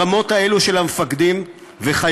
הרמות האלה של המפקדים וחייליהם,